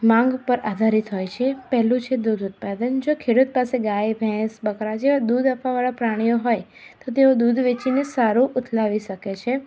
માંગ પર આધારિત હોય છે પહેલું છે દૂધ ઉત્પાદન ખેડૂત પાસે ગાય ભેંસ બકરા જેવા દૂધ આપવા વાળા પ્રાણીઓ હોય તો તેઓ દૂધ વેચીને સારું ઉથલાવી શકે છે